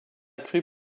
cru